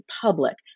public